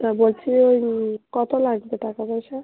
তা বলছি কতো লাগবে টাকা পয়সা